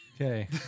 Okay